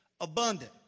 Abundant